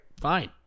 fine